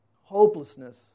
Hopelessness